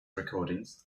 recordings